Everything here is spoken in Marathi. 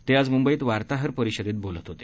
ते आज मुंबईत वार्ताहर परिषदेत बोलत होते